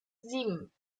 sieben